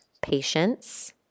patience